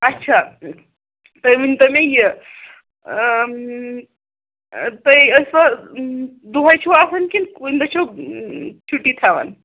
اچھا تُہۍ ؤنۍ تَو مےٚ یہِ تُہۍ ٲسِوا دۅہے چھِوا آسان کِنہٕ کُنہِ دۄہ چھِو چھُٹی تھاوان